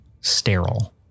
sterile